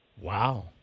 Wow